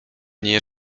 nie